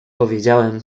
powiedziałem